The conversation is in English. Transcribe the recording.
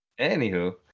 Anywho